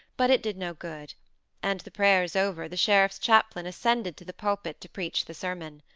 but it did no good and, the prayers over, the sheriff's chaplain ascended to the pulpit to preach the sermon.